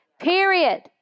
period